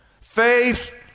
Faith